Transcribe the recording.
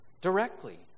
directly